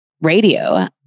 radio